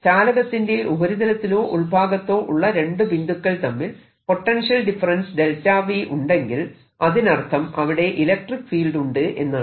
ചാലകത്തിന്റെ ഉപരിതലത്തിലോ ഉൾഭാഗത്തോ ഉള്ള രണ്ട് ബിന്ദുക്കൾ തമ്മിൽ പൊട്ടൻഷ്യൽ ഡിഫറെൻസ് ഉണ്ടെങ്കിൽ അതിനർത്ഥം അവിടെ ഇലക്ട്രിക്ക് ഫീൽഡ് ഉണ്ട് എന്നാണ്